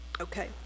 Okay